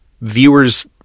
viewers